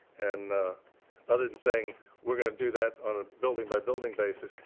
and rather than saying we're going to do that on a building by building basis,